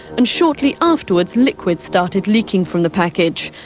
and shortly afterwards liquid started leaking from the package.